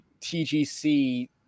TGC